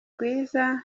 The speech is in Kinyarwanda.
rwiza